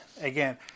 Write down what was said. Again